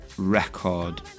record